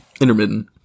intermittent